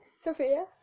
Sophia